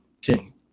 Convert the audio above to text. King